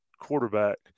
quarterback